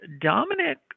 Dominic